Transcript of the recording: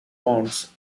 bounds